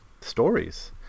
stories